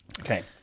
Okay